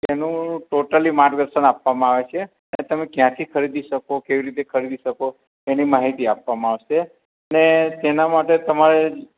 એનું ટોટલી માર્ગદર્શન આપવામાં આવે છે તેને તમે ક્યાંથી ખરીદી શકો કેવી રીતે ખરીદી શકો એની માહિતી આપવામાં આવશે અને તેના માટે તમારે